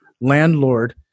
landlord